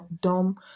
dumb